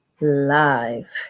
live